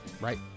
Right